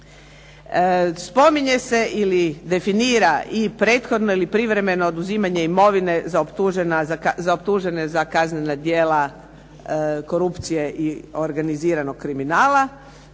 Spominje se ili definira i prethodno ili privremeno oduzimanje imovine za optužene za kaznena djela korupcije i organiziranog kriminala.